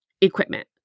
equipment